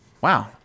wow